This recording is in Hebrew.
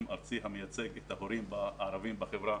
ארצי המייצג את ההורים הערבים בחברה